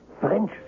French